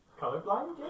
colorblind